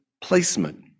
placement